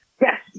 Yes